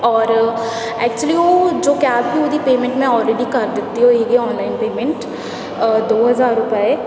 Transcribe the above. ਔਰ ਐਕਚੁਲੀ ਉਹ ਜੋ ਕੈਬ ਸੀ ਉਹਦੀ ਪੇਮੈਂਟ ਮੈਂ ਆਲਰੇਡੀ ਕਰ ਦਿੱਤੀ ਹੋਏਗੀ ਔਨਲਾਈਨ ਪੇਮੈਂਟ ਦੋ ਹਜ਼ਾਰ ਰੁਪਏ